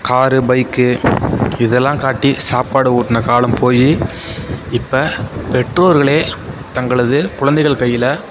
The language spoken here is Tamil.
காரு பைக்கு இதெல்லாம் காட்டி சாப்பாடு ஊட்டின காலம் போய் இப்போ பெற்றோர்களே தங்களது குழந்தைகள் கையில்